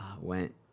went